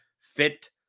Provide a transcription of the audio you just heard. fit